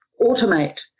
automate